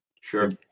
Sure